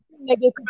Negative